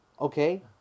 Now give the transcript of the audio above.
okay